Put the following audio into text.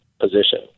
position